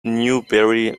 newbery